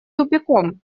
тупиком